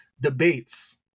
debates